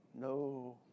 No